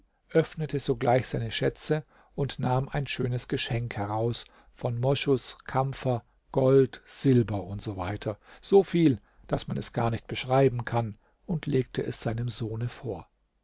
öffnete sogleich seine schätze und nahm ein schönes geschenk heraus von moschus kampfer gold silber usw so viel daß man es gar nicht beschreiben kann und legte es seinem sohne vor